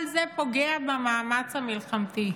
כל זה פוגע במאמץ המלחמתי.